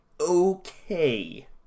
okay